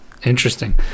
Interesting